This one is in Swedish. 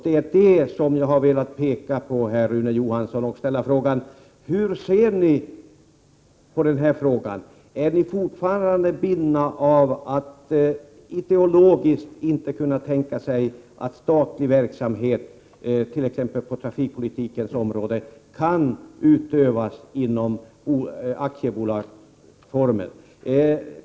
Det är det som jag har velat peka på, Rune Johansson, och jag ställer frågan: Hur ser ni på detta? Hur ser ni socialdemokrater på detta? Är ni fortfarande ideologiskt bundna av att inte kunna tänka er att statlig verksamhet t.ex. på trafikpolitikens område kan utövas inom aktiebolagsformen?